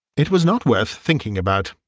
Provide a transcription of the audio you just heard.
it was not worth thinking about,